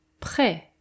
Prêt